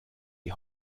die